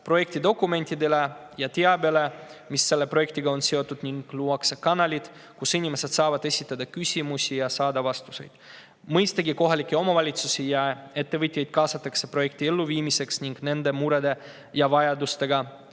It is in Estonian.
projekti dokumentidele ja teabele, mis selle projektiga on seotud, ning luuakse kanalid, kus inimesed saavad esitada küsimusi ja saavad vastuseid. Mõistagi, kohalikke omavalitsusi ja ettevõtjaid kaasatakse projekti elluviimisse ning nende murede ja vajadustega